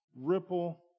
ripple